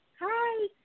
Hi